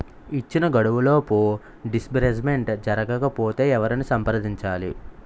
ఇచ్చిన గడువులోపు డిస్బర్స్మెంట్ జరగకపోతే ఎవరిని సంప్రదించాలి?